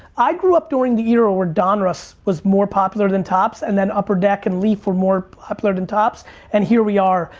i grew up during the era where donruss was more popular than topps and then upper deck and leaf were more popular than topps and here we are,